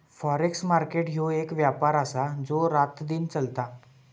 forex market ह्यो एक व्यापार आसा जो रातदिन चलता